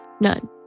None